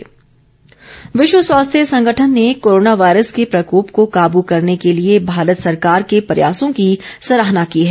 WHO विश्व स्वास्थ्य संगठन ने कोरोना वायरस के प्रकोप को काबू करने के लिए भारत सरकार के प्रयासों की सराहना की है